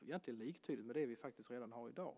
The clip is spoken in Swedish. egentligen liktydigt med det som vi faktiskt redan har i dag.